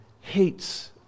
hates